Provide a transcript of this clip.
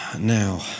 now